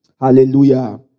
Hallelujah